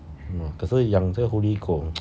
可是养这个狐狸狗